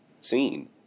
seen